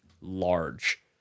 large